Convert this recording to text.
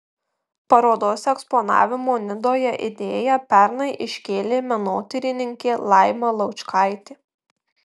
parodos eksponavimo nidoje idėją pernai iškėlė menotyrininkė laima laučkaitė